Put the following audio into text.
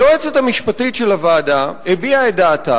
היועצת המשפטית של הוועדה הביעה את דעתה